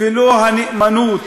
ולא הנאמנות.